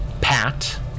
Pat